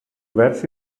verse